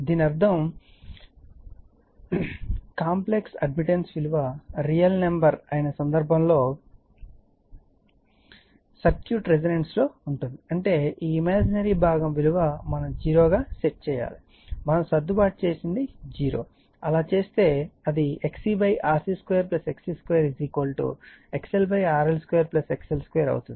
కాబట్టి దీని అర్థం అంటే కాంప్లెక్స్ అడ్మిటెన్స్ విలువ రియల్ నెంబర్ అయిన సందర్బంలో సర్క్యూట్ రెసోనన్స్ లో ఉంటుంది అంటే ఈ ఇమాజినరీ భాగం విలువ మనం 0 గా సెట్ చేసాము మనం సర్దుబాటు చేసినది 0 అలా చేస్తే అది XCRC 2 XC 2 XLRL2 XL2 అవుతుంది